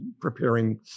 preparing